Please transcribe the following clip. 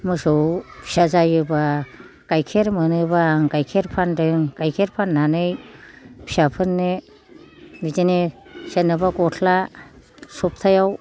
मोसौ फिसा जायोब्ला गायखेर मोनोब्ला आं गायखेर फान्दों गाइखेर फाननानै फिसाफोरनो बिदिनो सोरनोबा गस्ला सबथायाव